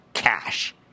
cash